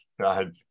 God